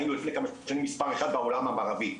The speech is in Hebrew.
היינו לפני כמה שנים מס' אחד בעולם המערבי,